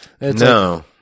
No